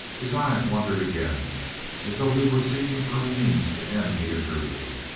his eyes wandered again as though he were seeking for a means to end the interview.